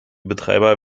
betreiber